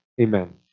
Amen